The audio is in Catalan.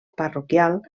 parroquial